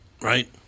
right